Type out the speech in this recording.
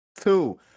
Two